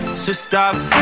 so stop